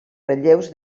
relleus